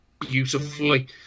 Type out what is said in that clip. beautifully